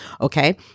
Okay